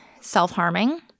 self-harming